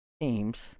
teams